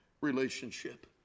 relationship